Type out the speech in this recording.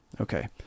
Okay